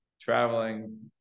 traveling